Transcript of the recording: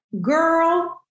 girl